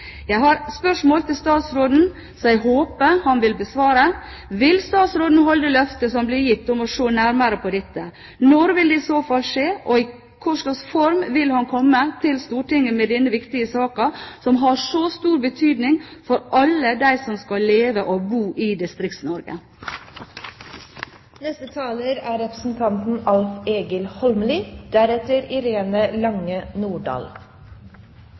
Jeg har et spørsmål til statsråden som jeg håper han vil besvare: Vil statsråden holde løftet som ble gitt om å se nærmere på dette? Når vil det i så fall skje? I hvilken form vil denne viktige saken, som har så stor betydning for alle dem som skal leve og bo i Distrikts-Norge, komme til Stortinget? Det er ei viktig problemstilling som representanten